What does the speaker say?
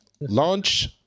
launch